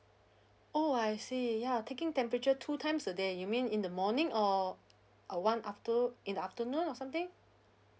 oh I see ya taking temperature two times a day you mean in the morning or uh one after in the afternoon or something